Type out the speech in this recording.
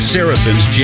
Saracen's